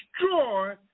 destroy